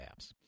apps